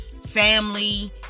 family